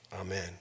Amen